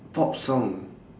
pop song